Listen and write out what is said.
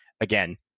again